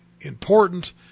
important